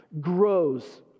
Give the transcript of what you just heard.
grows